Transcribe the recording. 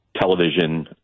television